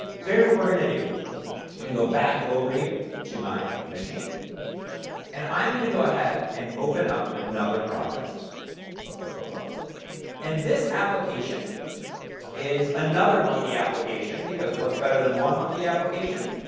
so here's what we're going to do. i'm going to go back over here to my machine and i'm going to go ahead and open up another project but but but and this application is another monkey application, because what's better than one monkey application?